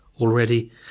Already